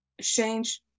Change